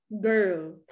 girl